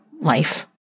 life